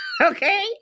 okay